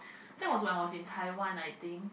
that was when I was in Taiwan I think